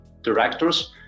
directors